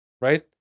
right